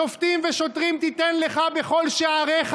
"שפטים ושטרים תתן לך בכל שעריך"